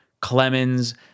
Clemens